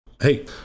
Hey